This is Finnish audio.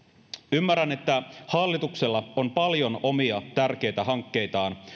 ymmärrän että hallituksella on paljon omia tärkeitä hankkeita